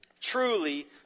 Truly